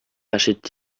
achète